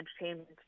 entertainment